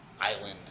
island